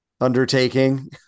undertaking